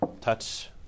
touch